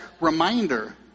reminder